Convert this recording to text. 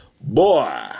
boy